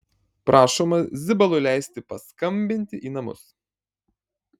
prašoma zibalui leisti paskambinti į namus